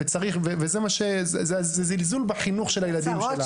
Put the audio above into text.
וזה זלזול בחינוך של הילדים שלנו.